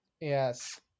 Yes